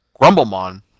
Grumblemon